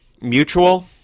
mutual